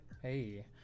hey